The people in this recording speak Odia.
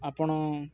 ଆପଣ